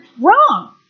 wrong